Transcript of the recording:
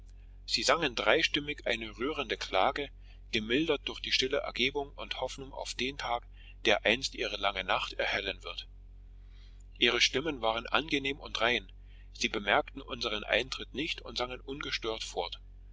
sie sangen dreistimmig eine rührende klage gemildert durch stille ergebung und hoffnung auf den tag der einst ihre lange nacht erhellen wird ihre stimmen waren angenehm und rein sie bemerkten unseren eintritt nicht und sangen ungestört fort